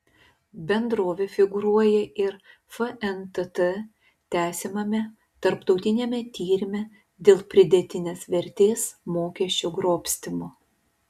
bendrovė figūruoja ir fntt tęsiamame tarptautiniame tyrime dėl pridėtinės vertės mokesčio grobstymo